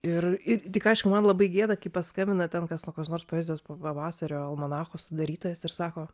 ir ir tik aišku man labai gėda kai paskambina ten kas kokios nors poezijos pavasario almanacho sudarytojas ir sako